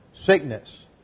Sickness